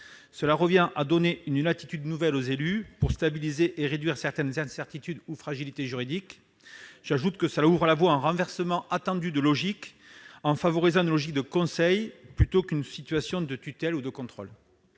Cela revient à donner une latitude nouvelle aux élus pour stabiliser et réduire certaines incertitudes et fragilités juridiques. J'ajoute que cela ouvre la voie à un renversement attendu en favorisant une logique de conseil plutôt qu'une situation de tutelle et de contrôle.